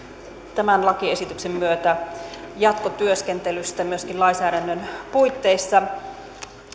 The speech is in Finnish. tämän lakiesityksen myötä jatkotyöskentelystä myöskin lainsäädännön puitteissa